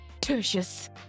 tertius